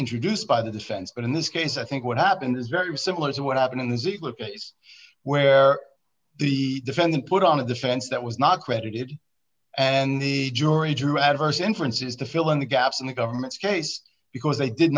introduced by the defense but in this case i think what happened is very similar to what happened in the ziegler case where the defendant put on a defense that was not credited and the jury drew adverse inferences to fill in the gaps in the government's case because they did